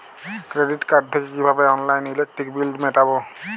Credit card থেকে কিভাবে অনলাইনে ইলেকট্রিক বিল মেটাবো?